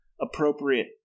appropriate